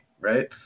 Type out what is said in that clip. right